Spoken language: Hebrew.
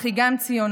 אך היא גם ציונות.